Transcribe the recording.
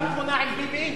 אפשר תמונה עם ביבי?